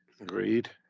Agreed